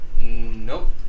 Nope